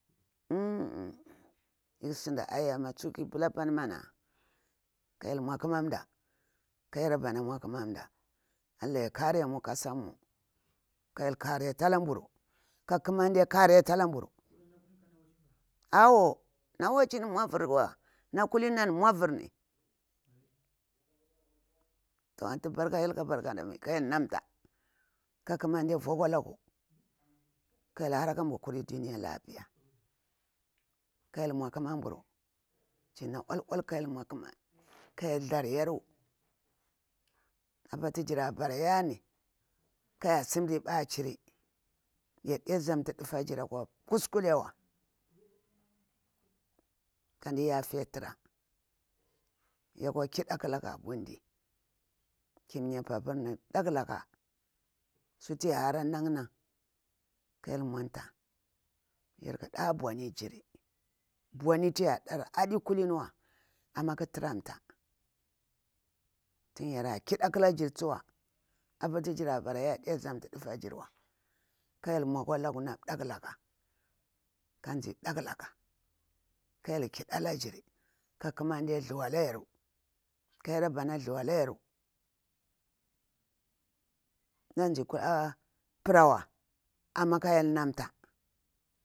sinda ai amma tsu kipula mana ka hyel mau aƙamamda ka yarabbana mau akamamda allah ya kare mu kasam mu ka hyel kare talam buru ka ƙamande kare talamburu awu m waam an mouvirwa na kullini an mouvirni antu barka hyel ka barka naɓi ka hyel namta ka kamande vu akwa laku ka hyel hang kamburu kuri duniya lapiya ka hyel mauƙamamburu jirna ol'ola ka hyel tharyane apa ti jira bara yani ka yar sum ripa jiri yarde zantu ɗufajir dukwa kuskure wa kamda yafe tura ya kwa chida ƙalaga bundi ki mya paburni ɗaklaka sutu yar hara nan na ka hyel munta yarku da boni jira boni tu yar dari adi kuliniwa amma kah turamta tun yara kid a ƙalajir tsuwa apatu jira bara yaru yarde zamtu dufa jirwa ka hyel mal akwa laku na ɗak laka ka zi daklaka kayar kida la jir i ka kumande thulayani ya rabbana thulayaru mdazi kala prawa ama kayel namta,